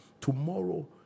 Tomorrow